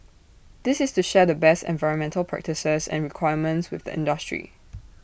this is to share the best environmental practices and requirements with the industry